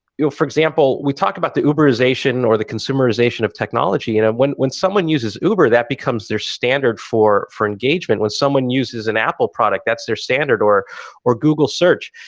you know for example, we talk about the uberization or the consumerization of technology. you know when when someone uses uber, that becomes their standard for for engagement. when someone uses an apple product, that's their standard or or google search.